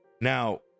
Now